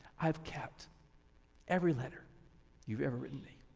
i've kept every letter you've ever written me